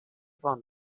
waren